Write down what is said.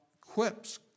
quips